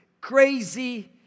crazy